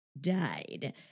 died